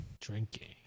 Drinking